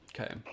Okay